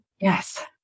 Yes